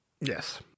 Yes